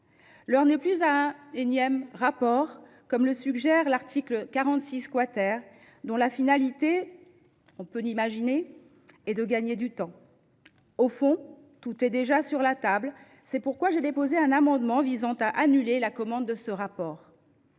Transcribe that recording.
L’heure n’est plus à un énième rapport, comme le suggère l’article 46, dont la finalité, on peut l’imaginer, est de gagner du temps. Au fond, tout est déjà sur la table ! C’est pourquoi j’ai déposé un amendement visant à annuler la commande de ce rapport.